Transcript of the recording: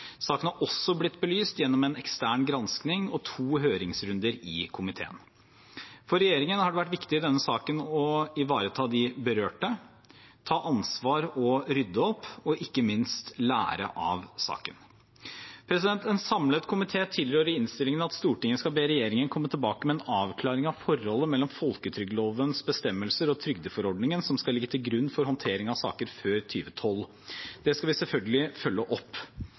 Saken har også blitt belyst gjennom en ekstern gransking og to høringsrunder i komiteen. For regjeringen har det vært viktig i denne saken å ivareta de berørte, ta ansvar og rydde opp og ikke minst lære av saken. En samlet komité tilrår i innstillingen at Stortinget skal be regjeringen komme tilbake med en avklaring av forholdet mellom folketrygdlovens bestemmelser og trygdeforordningen, som skal ligge til grunn for håndtering av saker før 2012. Det skal vi selvfølgelig følge opp.